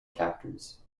captors